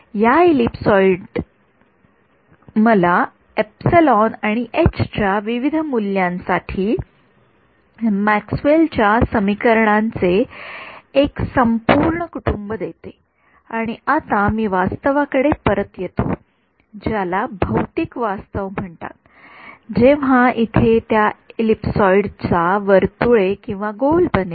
या एलीपसॉइड मला आणि च्या विविध मूल्यांसाठी मॅक्सवेल च्या समीकरणांचे एक संपूर्ण कुटुंब देते आणि आता मी वास्तवाकडे परत येतो ज्याला भौतिक वास्तव म्हणतात जेव्हा इथे त्या एलीपसॉइडचा वर्तुळ किंवा गोल बनेल